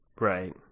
right